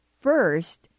first